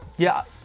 yeah,